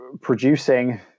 producing